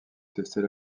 tester